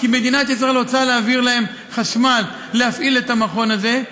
כי מדינת ישראל רוצה להעביר להם חשמל להפעיל את המכון הזה,